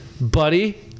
Buddy